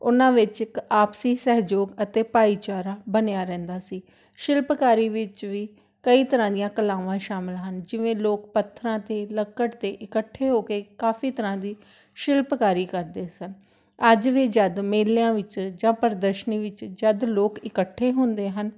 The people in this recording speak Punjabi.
ਉਹਨਾਂ ਵਿੱਚ ਇੱਕ ਆਪਸੀ ਸਹਿਯੋਗ ਅਤੇ ਭਾਈਚਾਰਾ ਬਣਿਆ ਰਹਿੰਦਾ ਸੀ ਸ਼ਿਲਪਕਾਰੀ ਵਿੱਚ ਵੀ ਕਈ ਤਰ੍ਹਾਂ ਦੀਆਂ ਕਲਾਵਾਂ ਸ਼ਾਮਿਲ ਹਨ ਜਿਵੇਂ ਲੋਕ ਪੱਥਰਾਂ 'ਤੇ ਲੱਕੜ 'ਤੇ ਇਕੱਠੇ ਹੋ ਕੇ ਕਾਫ਼ੀ ਤਰ੍ਹਾਂ ਦੀ ਸ਼ਿਲਪਕਾਰੀ ਕਰਦੇ ਸਨ ਅੱਜ ਵੀ ਜਦ ਮੇਲਿਆਂ ਵਿੱਚ ਜਾਂ ਪ੍ਰਦਰਸ਼ਨੀ ਵਿੱਚ ਜਦ ਲੋਕ ਇਕੱਠੇ ਹੁੰਦੇ ਹਨ